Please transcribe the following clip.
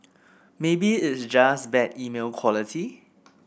maybe it's just bad email quality